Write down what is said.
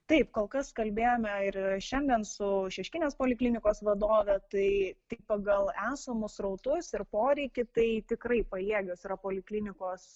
taip kol kas kalbėjome ir šiandien su šeškinės poliklinikos vadove tai tik pagal esamus srautus ir poreikį tai tikrai pajėgios yra poliklinikos